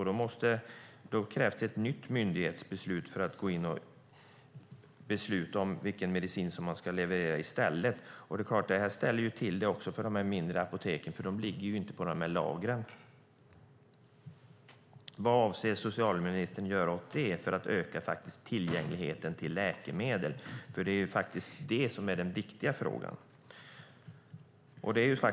Då krävs det ett nytt myndighetsbeslut för att gå in och besluta om vilken medicin man ska leverera i stället. Det ställer naturligtvis till det för de mindre apoteken, för de ligger ju inte på stora lager. Vad avser socialministern att göra för att öka tillgängligheten till läkemedel? Det är ju faktiskt det som är den viktiga frågan.